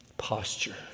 posture